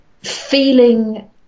Feeling